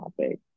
topic